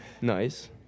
Nice